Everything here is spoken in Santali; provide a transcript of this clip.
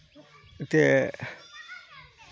ᱮᱱᱛᱮᱫ